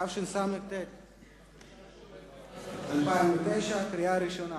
התשס"ט 2009, קריאה ראשונה.